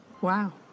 Wow